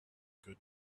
good